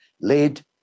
laid